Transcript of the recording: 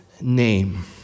name